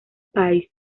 pie